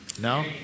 No